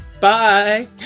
Bye